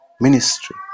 Ministry